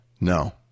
no